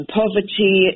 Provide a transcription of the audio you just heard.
poverty